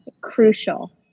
crucial